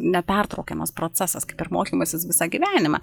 nepertraukiamas procesas kaip ir mokymasis visą gyvenimą